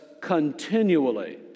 continually